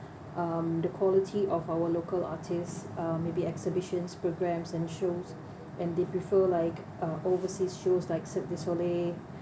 um the quality of our local artists uh maybe exhibitions programmes and shows and they prefer like uh overseas shows like cirque du soleil